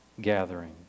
gathering